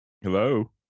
Hello